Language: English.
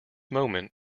moment